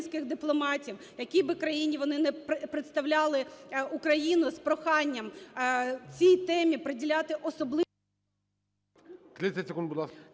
30 секунд, будь ласка.